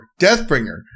Deathbringer